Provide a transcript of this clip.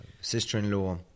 sister-in-law